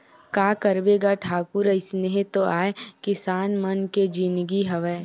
का करबे गा ठाकुर अइसने तो आय किसान मन के जिनगी हवय